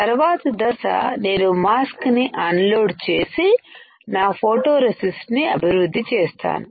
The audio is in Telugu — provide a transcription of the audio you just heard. తర్వాత దశ నేను మాస్క్ ని అన్ లోడ్ చేసి నా ఫోటోరెసిస్ట్ ని అభివృద్ధి చేస్తాను